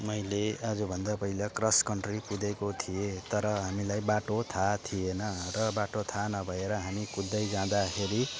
मैले आजभन्दा पहिला क्रस कन्ट्री कुदेको थिएँ तर हामीलाई बाटो थाहा थिएन र बाटो थाहा नभएर हामी कुद्दै जाँदाखेरि